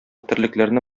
терлекләрне